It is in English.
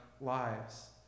lives